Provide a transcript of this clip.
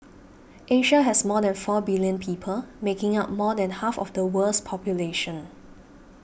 Asia has more than four billion people making up more than half of the world's population